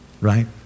right